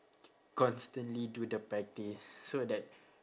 constantly do the practice so that